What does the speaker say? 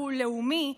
הוא לאומי,